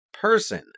person